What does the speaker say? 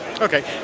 Okay